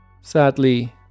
Sadly